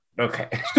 Okay